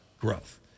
growth